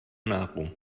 nahrung